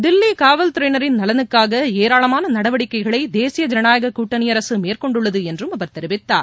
தில்லிகாவல்துறையினரின் நலனுக்காகஏராளமானநடவடிக்கைகளைதேசிய ஜனநாயககூட்டணிஅரசுமேற்கொண்டுள்ளதுஎன்றும் அவர் தெரிவித்தார்